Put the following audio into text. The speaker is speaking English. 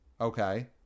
Okay